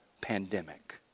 pandemic